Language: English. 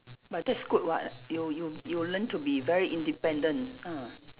but that's good [what] you you you learn to be very independent ah